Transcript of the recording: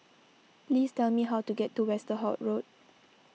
please tell me how to get to Westerhout Road